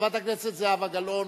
חברת הכנסת זהבה גלאון,